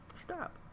Stop